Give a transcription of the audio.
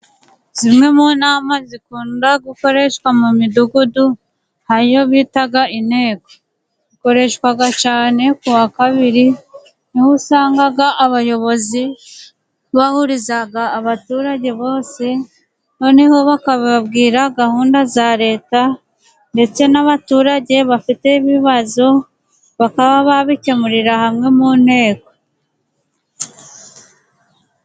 Zimwe mu nama zikunda gukoreshwa mu midugudu , hari iyo bita inteko . Zikoreshwa cyane kuwa kabiri , niho usanga abayobozi bahuriza abaturage bose noneho bakababwira gahunda za Leta , ndetse n'abaturage bafite ibibazo bakaba babikemurira hamwe mu nteko.